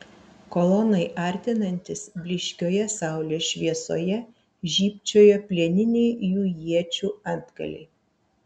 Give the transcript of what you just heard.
kolonai artinantis blyškioje saulės šviesoje žybčiojo plieniniai jų iečių antgaliai